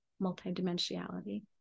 multidimensionality